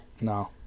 No